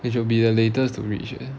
you should be the latest to reach eh